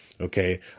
Okay